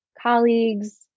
colleagues